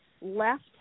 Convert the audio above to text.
left